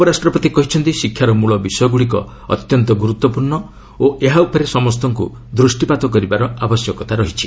ଉପରାଷ୍ଟ୍ରପତି କହିଛନ୍ତି ଶିକ୍ଷାର ମୂଳ ବିଷୟଗୁଡ଼ିକ ଅତ୍ୟନ୍ତ ଗୁରୁତ୍ୱପୂର୍ଣ୍ଣ ଓ ଏହା ଉପରେ ସମସ୍ତଙ୍କୁ ଦୃଷ୍ଟିପାତ କରିବାର ଆବଶ୍ୟକତା ରହିଛି